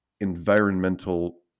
environmental